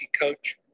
coach